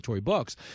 books